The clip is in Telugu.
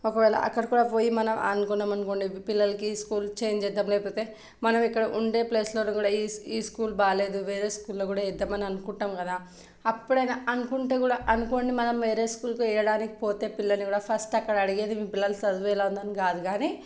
ఒకవేళ అక్కడ కూడా పోయి మనం అనుకున్నాం అనుకోండి పిల్లలకి ఈ స్కూల్ చేంజ్ చేద్దాం లేకపోతే మనం ఇక్కడ ఉండే ప్లేస్లో ఈ స్కూల్ బాలేదు వేరే స్కూల్ లో కూడా వేద్దామని అనుకుంటాం కదా అప్పుడైనా అనుకుంటే కూడా అనుకోని మనం వేరే స్కూల్ వేయడానికి పోతే పిల్లల్ని కూడా ఫస్ట్ అక్కడ అడిగేది మీ పిల్లలు చదువు ఎలా ఉందని కాదు కానీ